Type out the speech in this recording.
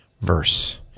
verse